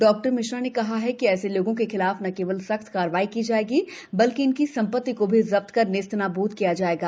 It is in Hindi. डॉ मिश्रा ने कहा है कि ऐसे लोगों के खिलाफ न केवल सख्त कार्रवाई की जाएगी बल्कि इनकी संपत्ति को भी जब्त कर नेस्तनाबूद किया जाएगा